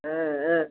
ஆ ஆ